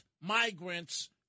migrants